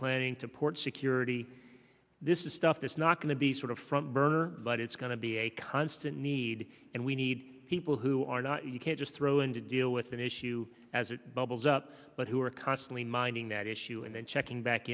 planning to port security this is stuff that's not going to be sort of front burner but it's going to be a constant need and we need people who are not you can't just throw in to deal with an issue as it bubbles up but who are constantly mining that issue and then checking back